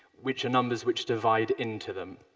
which are numbers which divide into them.